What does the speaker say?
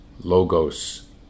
logos